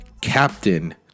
Captain